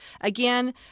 again